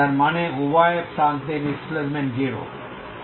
যার মানে উভয় প্রান্তে ডিসপ্লেসমেন্ট 0 হয়